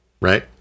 Right